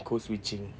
codeswitching